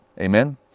Amen